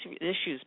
issues